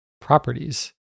properties